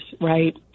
right